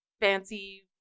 fancy